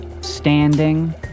standing